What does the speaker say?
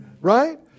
right